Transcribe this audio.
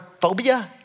phobia